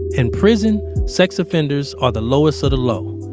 in prison sex offenders are the lowest of the low.